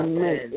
Amen